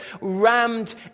rammed